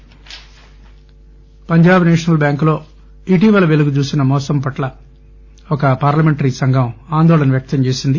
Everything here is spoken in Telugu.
Punjab National Bank Punjab National Bank లో ఇటీవల వెలుగుచూసిన మోసం పట్ల ఒక పార్లమెంటరీ సంఘం ఆందోళన వ్యక్తం చేసింది